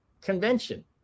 convention